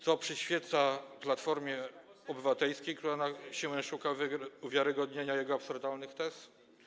Co przyświeca Platformie Obywatelskiej, która na siłę szuka uwiarygodnienia jego absurdalnych tez?